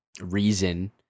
reason